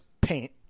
paint